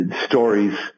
stories